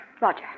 Roger